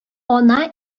ана